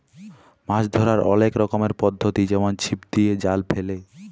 মাছ ধ্যরার অলেক রকমের পদ্ধতি যেমল ছিপ দিয়ে, জাল ফেলে